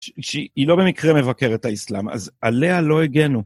שהיא לא במקרה מבקרת האסלאם, אז עליה לא הגנו.